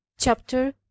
chapter